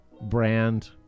brand